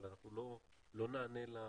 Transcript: אבל אנחנו לא נענה להגדרה,